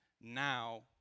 now